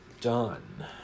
done